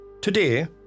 Today